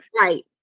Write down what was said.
Right